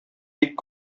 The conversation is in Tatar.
бик